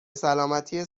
سلامتی